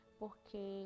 porque